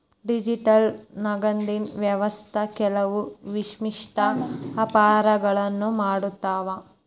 digital ನಗದಿನ್ ವ್ಯವಸ್ಥಾ ಕೆಲವು ವಿಶಿಷ್ಟ ಅಪಾಯಗಳನ್ನ ಮಾಡತಾವ